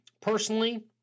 Personally